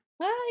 Bye